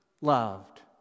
loved